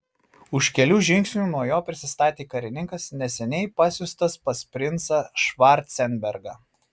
už kelių žingsnių nuo jo prisistatė karininkas neseniai pasiųstas pas princą švarcenbergą